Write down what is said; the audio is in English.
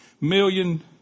million